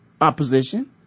opposition